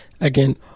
Again